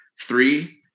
Three